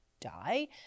die